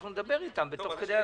אנחנו נדבר איתם תוך כדי הסעיף.